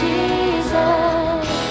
Jesus